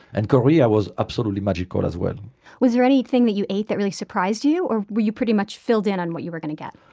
and korea was absolutely magical as well was there anything you ate that really surprised you? or were you pretty much filled in on what you were going to get?